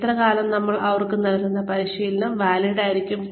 എത്ര കാലം നമ്മൾ അവർക്കു നൽകുന്ന പരിശീലനം വാലിഡ് ആയിരിക്കും